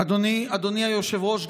אדוני היושב-ראש,